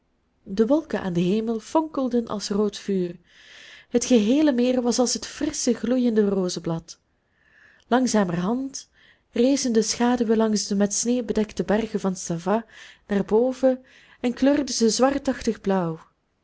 de wolken aan den hemel fonkelden als rood vuur het geheele meer was als het frissche gloeiende rozeblad langzamerhand rezen de schaduwen langs de met sneeuw bedekte bergen van savoye naar boven en kleurden ze zwartachtig blauw